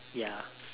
ya